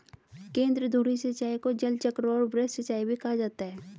केंद्रधुरी सिंचाई को जलचक्र और वृत्त सिंचाई भी कहा जाता है